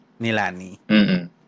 nilani